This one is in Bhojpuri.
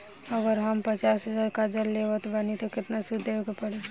अगर हम पचास हज़ार कर्जा लेवत बानी त केतना सूद देवे के पड़ी?